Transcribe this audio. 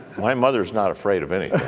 my mother is not afraid of anyone.